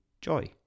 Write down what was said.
joy